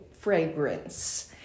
fragrance